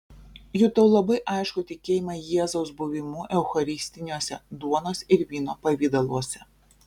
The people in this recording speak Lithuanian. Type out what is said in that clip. jutau labai aiškų tikėjimą jėzaus buvimu eucharistiniuose duonos ir vyno pavidaluose